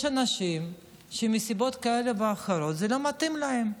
יש אנשים שמסיבות כאלה ואחרות זה לא מתאים להם.